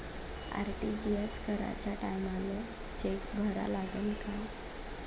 RTGS कराच्या टायमाले cheque भरा लागन का?